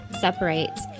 separates